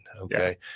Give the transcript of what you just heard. okay